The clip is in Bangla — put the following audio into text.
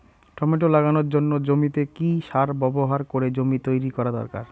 টমেটো লাগানোর জন্য জমিতে কি সার ব্যবহার করে জমি তৈরি করা দরকার?